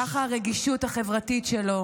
ככה הרגישות החברתית שלו